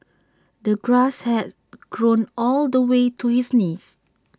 the grass had grown all the way to his knees